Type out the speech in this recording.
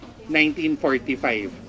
1945